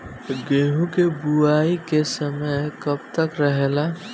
गेहूँ के बुवाई के समय कब तक रहेला?